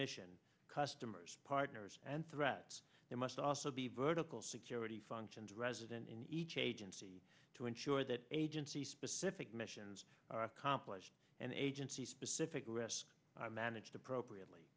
mission customers partners and threats there must also be vertical security functions resident in each agency to ensure that agency specific missions are accomplished and agency specific risk managed appropriately